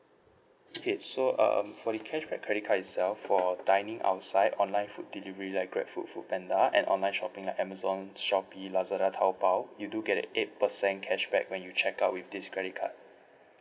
okay so um for the cashback credit card itself for dining outside online food delivery like GrabFood FoodPanda and online shopping like Amazon Shopee Lazada Taobao you do get a eight percent cashback when you check out with this credit card